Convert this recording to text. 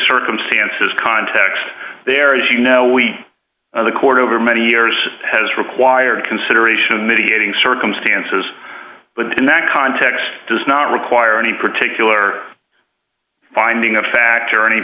circumstances context there is you know we on the court over many years has required consideration of mitigating circumstances but in that context does not require any particular finding a factor any